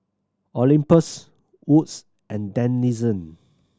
Olympus Wood's and Denizen